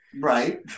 Right